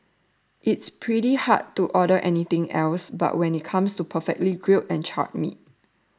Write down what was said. it's pretty hard to order anything else when it comes to perfectly grilled and charred meats